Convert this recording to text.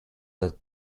that